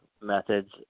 methods